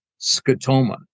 scotoma